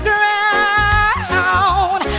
ground